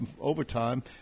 overtime